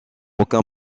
aucun